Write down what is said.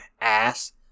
ass